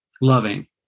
loving